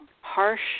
harsh